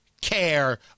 care